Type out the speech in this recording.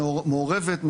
מעורבת,